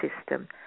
system